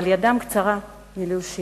אבל ידם קצרה מלהושיע.